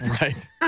Right